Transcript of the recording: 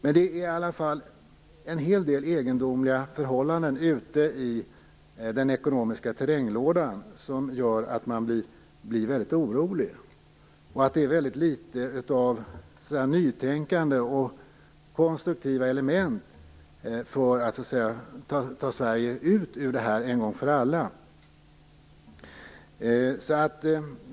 Men en hel del egendomliga förhållanden ute i den ekonomiska terränglådan gör att man blir orolig. Det finns väldigt litet nytänkande och konstruktiva element för att ta Sverige ut ur detta en gång för alla.